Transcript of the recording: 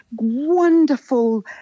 wonderful